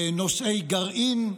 בנושאי גרעין,